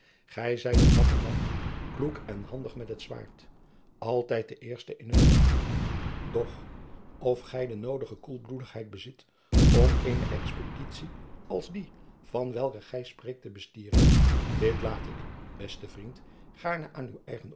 gij zijt een dapper man kloek en handig met het zwaard altijd de eerste in het veld doch of gij de noodige koelbloedigheid bezit om eene expeditie als die van welke gij spreekt te bestieren dit laat ik beste vriend gaarne aan